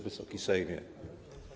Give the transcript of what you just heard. Wysoki Sejmie!